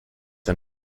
are